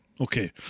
okay